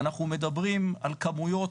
אנחנו מדברים על כמויות